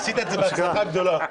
עשית את זה בהצלחה גדולה.